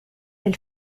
del